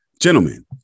Gentlemen